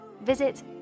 Visit